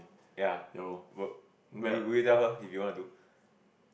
ya lor